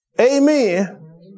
Amen